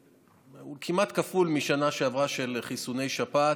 כמעט כפול מבשנה שעברה של חיסוני השפעת,